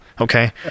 okay